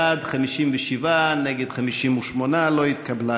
בעד, 57, נגד, 58. לא התקבלה.